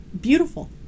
beautiful